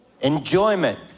Enjoyment